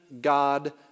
God